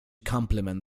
complement